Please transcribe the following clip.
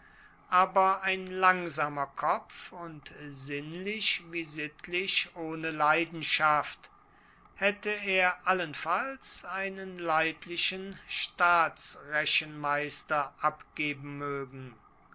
aber ein langsamer kopf und sinnlich wie sittlich ohne leidenschaft hätte er allenfalls einen leidlichen staatsrechenmeister abgeben mögen